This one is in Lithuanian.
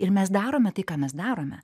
ir mes darome tai ką mes darome